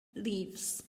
leaves